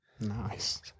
Nice